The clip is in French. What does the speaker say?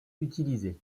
utilisé